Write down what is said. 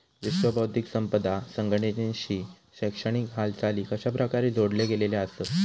विश्व बौद्धिक संपदा संघटनेशी शैक्षणिक हालचाली कशाप्रकारे जोडले गेलेले आसत?